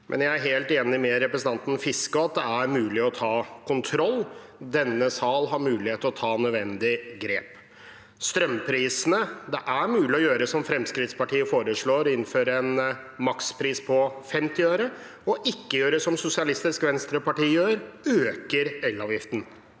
Jeg er helt enig med representanten Fiskaa i at det er mulig å ta kontroll. Denne sal har mulighet til å ta nødvendige grep. Om strømprisene: Det er mulig å gjøre som Fremskrittspartiet foreslår, å innføre en makspris på 50 øre – og ikke gjøre som Sosialistisk